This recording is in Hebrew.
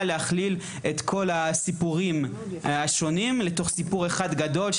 להכליל את כל הסיפורים השונים לתוך סיפור אחד גדול,